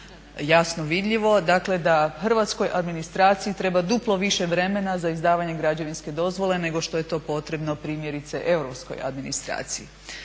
jasno vidljivo dakle da hrvatskoj administraciji treba duplo više vremena za izdavanje građevinske dozvole nego što je to potrebno primjerice europskoj administraciji.